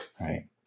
Right